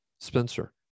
Spencer